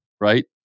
Right